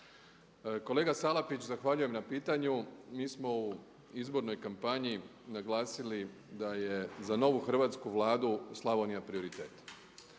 Kolega Salapić zahvaljujem na pitanju. Mi smo u izbornoj kampanji naglasili da je za novu hrvatsku Vladu Slavonija prioritet.